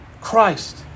Christ